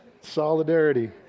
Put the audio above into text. Solidarity